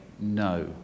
no